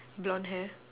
blonde hair